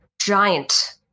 giant